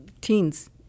teens